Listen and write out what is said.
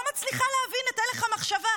אני לא מצליחה להבין את הלך המחשבה.